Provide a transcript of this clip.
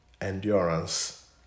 endurance